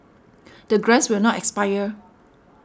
the grants will not expire